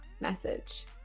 message